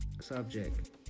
subject